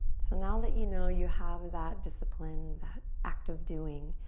so now that you know you have that discipline, that act of doing,